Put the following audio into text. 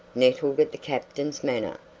nettled at the captain's manner.